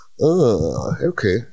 Okay